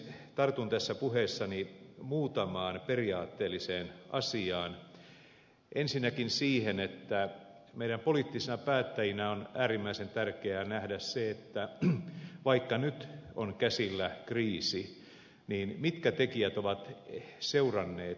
tartun tässä puheessani muutamaan periaatteelliseen asiaan ensinnäkin siihen että meidän poliittisina päättäjinä on äärimmäisen tärkeää nähdä se että vaikka nyt on käsillä kriisi mitkä tekijät ovat seuranneet edeltä